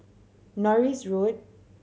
Norris Road